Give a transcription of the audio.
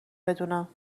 بدونم